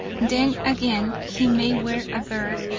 then again, he may wear a beard,